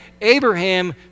Abraham